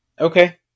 Okay